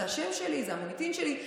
זה השם שלי, זה המוניטין שלי.